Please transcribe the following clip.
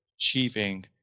achieving